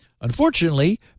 Unfortunately